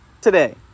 today